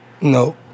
No